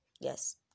Yes